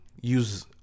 use